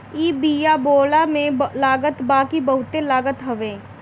इ बिया बोअला में लागत बाकी बहुते लागत हवे